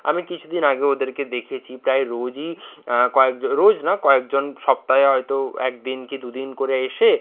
আমি কিছুদিন আগে ওদেরকে দেখেছি প্রায় রোজই কয়েকজন রোজ না কয়েকজন সপ্তাহে হয়তো একদিন কী দুদিন করে এসে